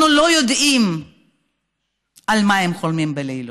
אנחנו לא יודעים על מה הם חולמים בלילות.